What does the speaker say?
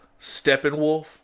Steppenwolf